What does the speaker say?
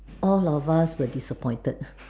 all of us were disappointed